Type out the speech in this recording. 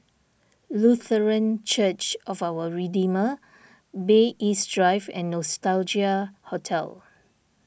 Lutheran Church of Our Redeemer Bay East Drive and Nostalgia Hotel